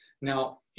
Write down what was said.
Now